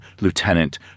lieutenant